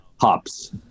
hops